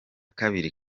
kabiri